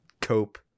cope